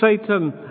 Satan